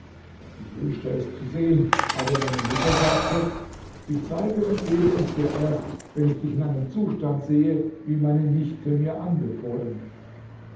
ich wünschte es zu sehen aber meine mutter sagte ich zeige und gebe es dir erst wenn ich dich in dem zustand sehe wie meine nichte mir anbefohlen